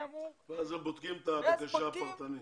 ואז הם בודקים את הבקשה פרטנית?